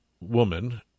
woman